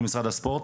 למשרד הספורט,